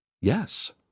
Yes